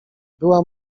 była